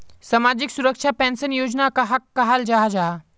सामाजिक सुरक्षा पेंशन योजना कहाक कहाल जाहा जाहा?